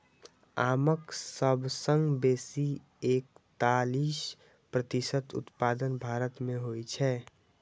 आमक सबसं बेसी एकतालीस प्रतिशत उत्पादन भारत मे होइ छै